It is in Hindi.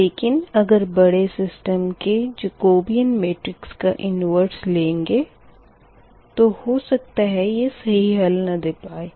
लेकिन अगर बड़े सिस्टम के जकोबीयन मेट्रिक्स का इनवर्स लेंगे तो हो सकता है यह सही हल नही दे पाएगा